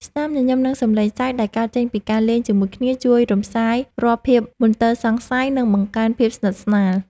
ស្នាមញញឹម និងសំឡេងសើចដែលកើតចេញពីការលេងជាមួយគ្នាជួយរំលាយរាល់ភាពមន្ទិលសង្ស័យ និងបង្កើនភាពស្និទ្ធស្នាល។